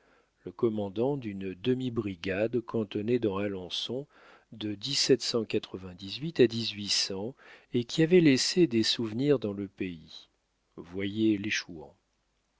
le commandant d'une demi brigade cantonnée dans alençon de à dix-huit ans et qui avait laissé des souvenirs dans le pays